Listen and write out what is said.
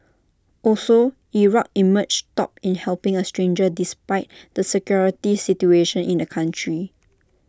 also Iraq emerged top in helping A stranger despite the security situation in the country